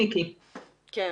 כן.